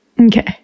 Okay